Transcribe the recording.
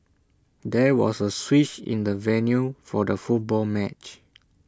there was A switch in the venue for the football match